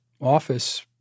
office